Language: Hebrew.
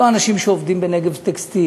ולא האנשים שעובדים ב"נגב טקסטיל".